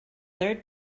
third